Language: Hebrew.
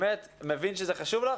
מבין שזה חשוב לך,